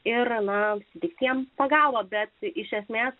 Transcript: ir visiems pagalba bet iš esmės